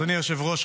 אדוני היושב-ראש,